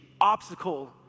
obstacle